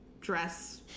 dress